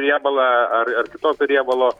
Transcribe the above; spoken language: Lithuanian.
riebalą ar ar kitokio riebalo